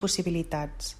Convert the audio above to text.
possibilitats